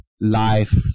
life